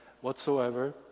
whatsoever